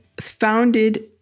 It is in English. founded